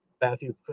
Matthew